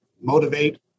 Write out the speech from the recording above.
motivate